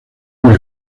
una